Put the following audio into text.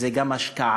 זה גם השקעה.